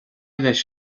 leis